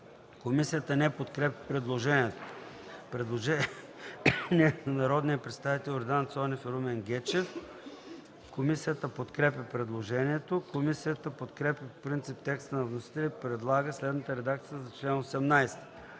Комисията не подкрепя предложението. Предложение на народните представители Йордан Цонев и Румен Гечев. Комисията подкрепя предложението. Комисията подкрепя по принцип текста на вносителя и предлага следната редакция за чл. 18: